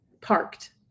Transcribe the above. parked